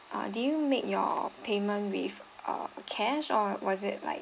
uh did you make your payment with uh cash or was it like